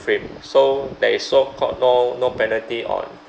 frame so that is so-called no no penalty on